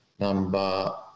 Number